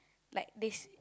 like this